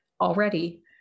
already